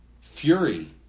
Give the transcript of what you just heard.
Fury